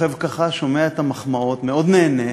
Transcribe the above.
שוכב ככה, שומע את המחמאות, מאוד נהנה,